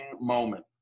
moment